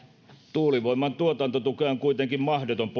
tuulivoiman tuotantotukea on kuitenkin mahdotonta